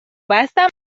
بستم